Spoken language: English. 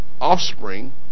offspring